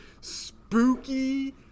Spooky